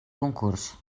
concurs